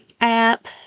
app